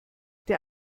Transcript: der